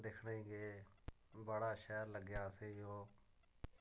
दिक्खने ई गे बड़ा शैल लग्गेआ असेंगी ओह्